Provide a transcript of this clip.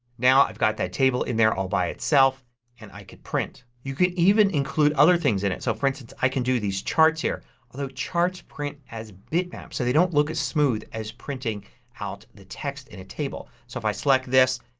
now i've got that table in there all by itself and i can print. you can even include other things in it. so, for instance, i can do these charts here although charts print as bitmaps so they don't look as smooth as printing out the text table. so if i select this,